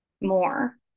more